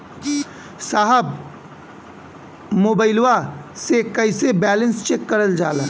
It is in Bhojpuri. साहब मोबइलवा से कईसे बैलेंस चेक करल जाला?